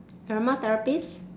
aromatherapists